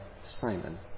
Simon